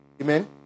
Amen